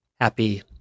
happy